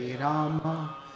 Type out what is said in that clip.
Rama